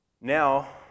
Now